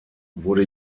wurde